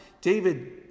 david